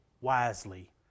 wisely